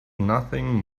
nothing